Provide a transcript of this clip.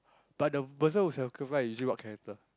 but the person who is your usually what character